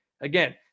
Again